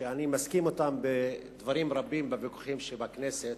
שאני מסכים אתם בדברים רבים בוויכוחים שבכנסת,